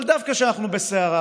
אבל דווקא כשאנחנו בסערה,